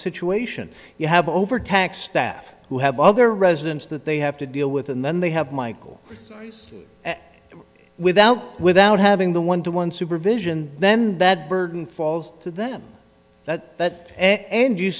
situation and you have overtaxed staff who have other residents that they have to deal with and then they have michael without without having the one to one supervision then that burden falls to them that that and you